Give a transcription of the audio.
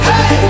Hey